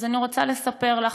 אז אני רוצה לספר לך,